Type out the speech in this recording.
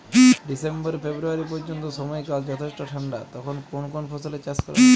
December February পর্যন্ত সময়কাল যথেষ্ট ঠান্ডা তখন কোন কোন ফসলের চাষ করা হয়?